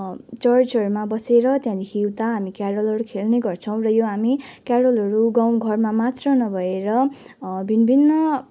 चर्चहरूमा बसेर त्यहाँदेखि उता हामी क्यारोलहरू खेल्ने गर्छौँ र यो हामी क्यारोलहरू गाउँघरमा मात्र नभएर विभिन्न